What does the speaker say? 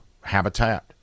habitat